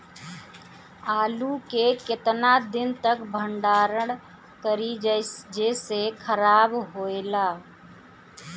आलू के केतना दिन तक भंडारण करी जेसे खराब होएला?